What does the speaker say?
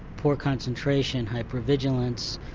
poor concentration, hyper-vigilance,